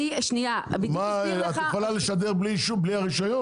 את יכולה לשדר בלי הרישיון?